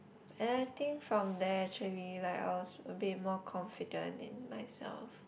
and I think from there actually like I was a bit more confident in myself